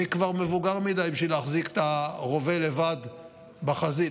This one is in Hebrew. אני כבר מבוגר מדי להחזיק את הרובה לבד בחזית.